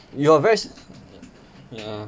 you are very ya